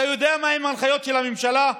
אתה יודע מהן ההנחיות של הממשלה?